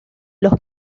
los